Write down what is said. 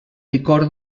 licor